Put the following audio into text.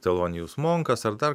talonijus monkas ar dar